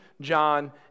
John